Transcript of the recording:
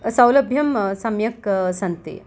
सौलभ्यं सम्यक् सन्ति